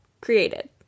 created